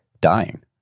dying